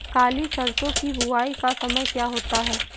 काली सरसो की बुवाई का समय क्या होता है?